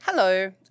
Hello